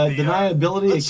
deniability